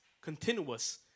continuous